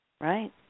Right